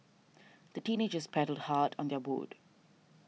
the teenagers paddled hard on their boat